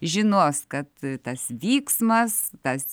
žinos kad tas vyksmas tas